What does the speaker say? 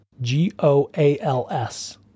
G-O-A-L-S